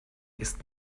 ist